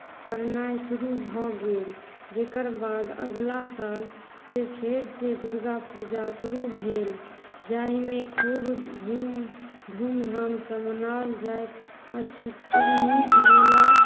पड़नाइ शुरू भऽ गेल जकर बाद अगला सालसँ फेरसँ दुर्गापूजा शुरू भेल जाहिमे खूब घूम धूमधामसँ मनाओल जाइत अछि